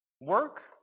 work